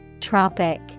Tropic